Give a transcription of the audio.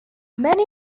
many